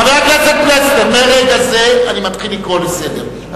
חבר הכנסת פלסנר, מרגע זה אני מתחיל לקרוא לסדר.